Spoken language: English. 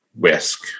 risk